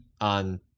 on